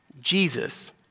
Jesus